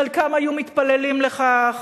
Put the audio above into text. חלקם היו מתפללים לכך,